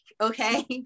Okay